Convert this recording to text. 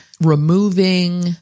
removing